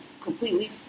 completely